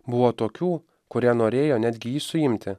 buvo tokių kurie norėjo netgi jį suimti